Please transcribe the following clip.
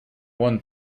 one